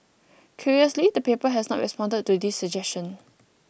curiously the paper has not responded to this suggestion